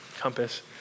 Compass